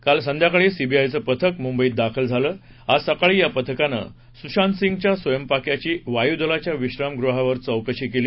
काल संध्याकाळी सीबीआयचं पथक मुंबईत दाखल झालं आज सकाळी या पथकानं सुशांतसिंहच्या स्वयंपाक्याची वायू दलाच्या विश्रामगृहावर चौकशी सुरू केली